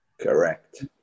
Correct